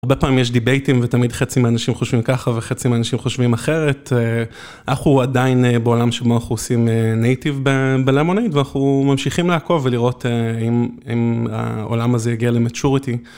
הרבה פעמים יש דיבייטים, ותמיד חצי מהאנשים חושבים ככה, וחצי מהאנשים חושבים אחרת. אנחנו עדיין בעולם שבו אנחנו עושים נייטיב בלמונאיד, ואנחנו ממשיכים לעקוב ולראות אם העולם הזה יגיע לבגרות.